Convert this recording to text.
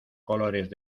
colores